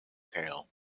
tail